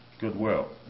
Goodwill